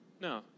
No